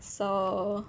so